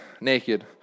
naked